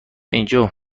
اینجا